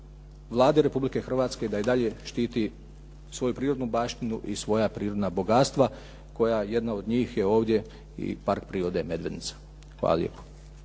Vlade Republike Hrvatske da i dalje štiti svoju prirodnu baštinu i svoja prirodna bogatstva koja jedno od njih je ovdje i Park prirode "Medvednica". Hvala lijepo.